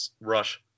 rush